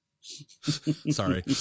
sorry